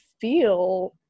feel